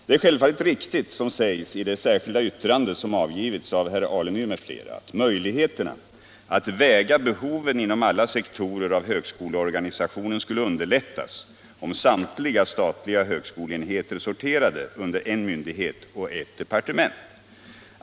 Det är självfallet riktigt, som sägs i det särskilda yttrande som avgivits av herr Alemyr m.fl., att möjligheterna att väga behoven inom alla sektorer av högskoleorganisationen skulle underlättas, om samtliga statliga högskoleenheter sorterade under en myndighet och ett departement.